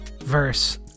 verse